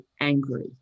angry